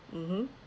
mmhmm